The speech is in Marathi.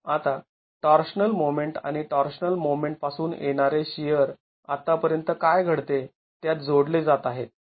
आता टॉर्शनल मोमेंट आणि टॉर्शनल मोमेंट पासून येणारे शिअर आतापर्यंत काय घडते त्यात जोडले जात आहे